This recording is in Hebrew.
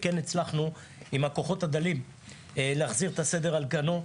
ועם הכוחות הדלים הצלחנו להחזיר את הסדר על כנו.